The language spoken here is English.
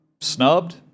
snubbed